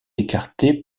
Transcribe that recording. écartés